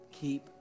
keep